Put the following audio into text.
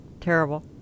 terrible